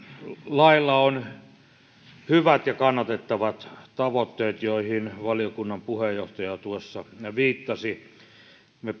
lailla on hyvät ja kannatettavat tavoitteet joihin valiokunnan puheenjohtaja tuossa viittasi me